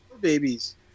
babies